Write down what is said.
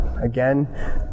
Again